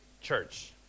Church